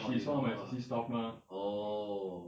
oh you know her ah oh